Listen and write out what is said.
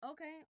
Okay